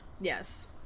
Yes